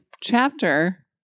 chapter